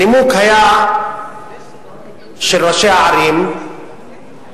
הנימוק של ראשי הערים שהתנגדו,